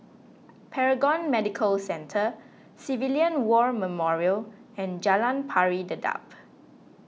Paragon Medical Centre Civilian War Memorial and Jalan Pari Dedap